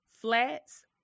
flats